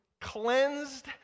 cleansed